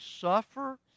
suffer